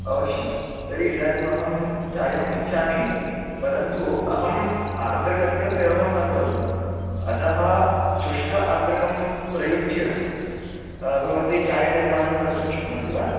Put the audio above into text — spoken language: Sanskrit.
अवश्यं तर्हि इदानीमहं चायम् इच्छामि परन्तु अहम् आर्द्रकस्य प्रयोगं न करोमि अतः शुष्क आर्द्रकं प्रयुज्य भवति चायनिर्माणं कर्तुं शक्नोति वा